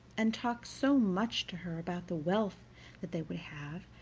and talked so much to her about the wealth that they would have,